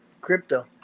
crypto